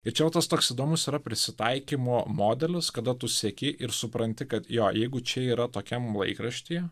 ir čia va tas toks įdomus yra prisitaikymo modelis kada tu sieki ir supranti kad jo jeigu čia yra tokiam laikraštyje